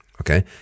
okay